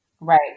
Right